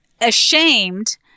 ashamed